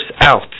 out